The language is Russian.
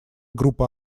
группа